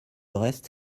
reste